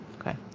Okay